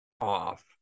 off